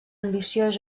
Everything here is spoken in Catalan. ambiciós